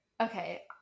Okay